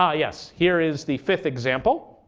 yes. here is the fifth example.